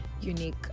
unique